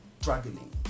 struggling